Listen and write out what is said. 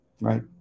Right